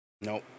Nope